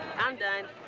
i'm done.